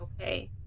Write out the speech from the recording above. okay